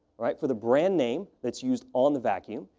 right, for the brand name that's used on the vacuum.